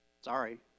Sorry